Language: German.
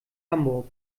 hamburg